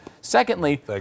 Secondly